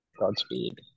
godspeed